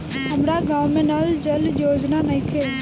हमारा गाँव मे नल जल योजना नइखे?